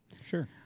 Sure